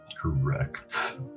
Correct